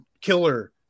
killer